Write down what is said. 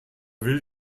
will